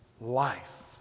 life